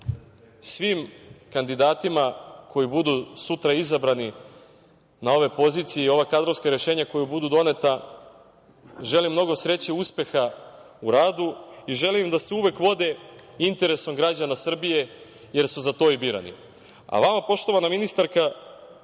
svim kandidatima koji budu sutra izabrani na ove pozicije i ova kadrovska rešenja koja budu doneta, želim mnogo sreće i uspeha u radu i želim im da se uvek vode interesom građana Srbije, jer su za to i birani. Vama, poštovana ministarka,